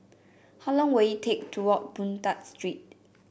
how long will it take to walk Boon Tat Street